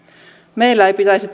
meillä ei pitäisi